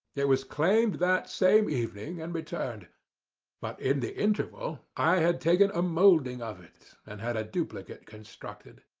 it was claimed that same evening, and returned but in the interval i had taken a moulding of it, and had a duplicate constructed.